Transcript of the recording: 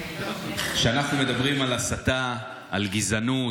כשאנחנו מדברים על הסתה, על גזענות,